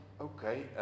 okay